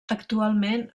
actualment